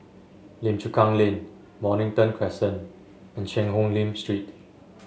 Lim Chu Kang Lane Mornington Crescent and Cheang Hong Lim Street